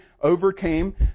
overcame